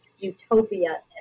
utopia